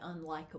unlikable